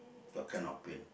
what kind of pain